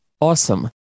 Awesome